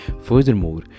Furthermore